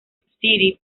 city